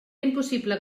impossible